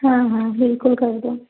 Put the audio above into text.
हाँ हाँ बिल्कुल कर दो